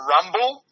Rumble